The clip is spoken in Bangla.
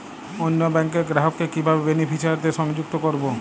অন্য ব্যাংক র গ্রাহক কে কিভাবে বেনিফিসিয়ারি তে সংযুক্ত করবো?